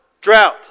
Drought